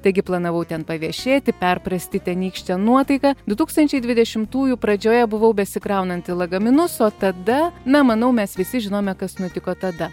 taigi planavau ten paviešėti perprasti tenykštę nuotaiką du tūkstančiai dvidešimtųjų pradžioje buvau besikraunanti lagaminus o tada na manau mes visi žinome kas nutiko tada